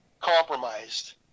compromised